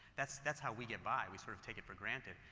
that's that's how we get by we sort of take it for granted.